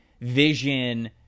vision